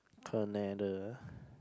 Canada